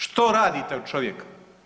Što radite od čovjeka?